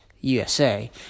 USA